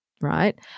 right